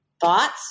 thoughts